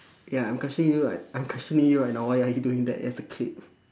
ya I'm questioning you right I'm questioning you right now why are you doing that as a kid